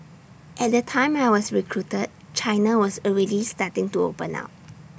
at the time I was recruited China was already starting to open up